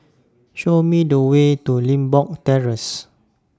Show Me The Way to Limbok Terrace